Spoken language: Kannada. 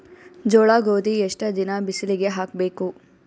ಜೋಳ ಗೋಧಿ ಎಷ್ಟ ದಿನ ಬಿಸಿಲಿಗೆ ಹಾಕ್ಬೇಕು?